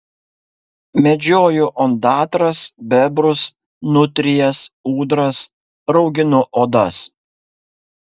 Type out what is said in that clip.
medžioju ondatras bebrus nutrijas ūdras rauginu odas